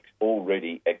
already